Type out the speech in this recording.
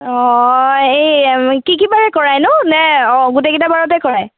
অঁ এই কি কি বাৰে কৰাইনো নে অঁ গোটেই কেইটা বাৰতে কৰাই